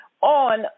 on